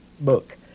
book